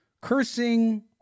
cursing